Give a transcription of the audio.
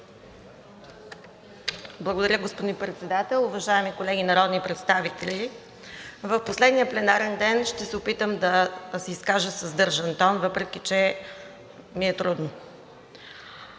Благодаря, господин Председател. Уважаеми колеги народни представители, в последния пленарен ден ще се опитам да се изкажа със сдържан тон, въпреки че ми е трудно.